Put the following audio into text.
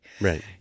Right